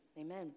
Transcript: Amen